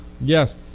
Yes